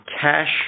cash